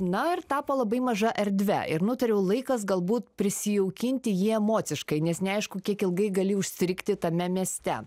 na ir tapo labai maža erdve ir nutariau laikas galbūt prisijaukinti jį emociškai nes neaišku kiek ilgai gali užstrigti tame mieste